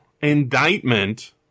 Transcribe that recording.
Indictment